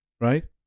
Right